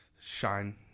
shine